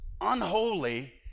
unholy